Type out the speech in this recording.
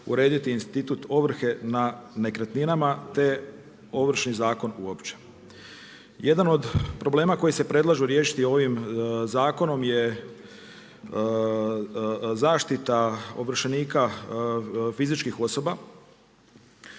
urediti i institut ovrhe na nekretninama, te, ovršni zakon uopće. Jedan od problema koji se predlažu riješiti ovim zakonom je zaštita ovršenika fizičkih osoba,